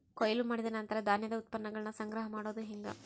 ಕೊಯ್ಲು ಮಾಡಿದ ನಂತರ ಧಾನ್ಯದ ಉತ್ಪನ್ನಗಳನ್ನ ಸಂಗ್ರಹ ಮಾಡೋದು ಹೆಂಗ?